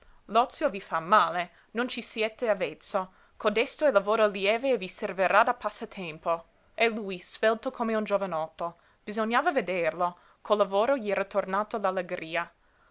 l'ozio vi fa male non ci siete avvezzo codesto è lavoro lieve e vi servirà da passatempo e lui svelto come un giovanotto bisognava vederlo col lavoro gli era tornata